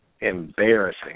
embarrassing